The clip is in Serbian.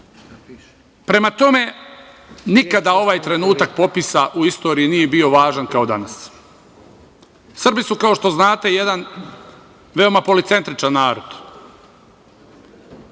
tome, nikada ovaj trenutak popisa u istoriji nije bio važan kao danas. Srbi su, kao što znate jedan veoma policentričan narod